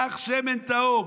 פך שמן טהור,